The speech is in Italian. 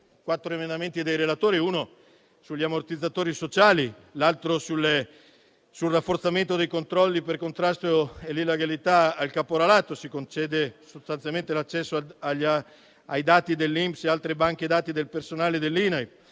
quattro emendamenti dei relatori; uno sugli ammortizzatori sociali, l'altro sul rafforzamento dei controlli per il contrasto all'illegalità e al caporalato; si concede sostanzialmente l'accesso ai dati dell'INPS e alle altre banche dati del personale dell'INAIL,